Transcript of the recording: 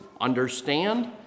understand